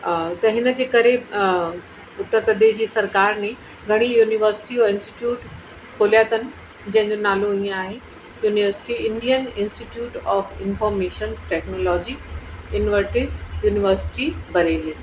त हिनजे करे उत्तर प्रदेश जी सरकारि में घणी यूनिवर्सिटी ऐं इंस्टिट्यूट खोलिया अथनि जंहिंजो नालो हीअं आहे university Indian institute of informations technology Invertis university Bareilly